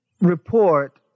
report